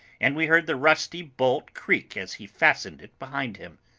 and we heard the rusty bolt creak as he fastened it behind him.